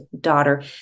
daughter